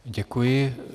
Děkuji.